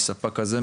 מספק כזה,